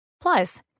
Plus